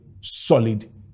solid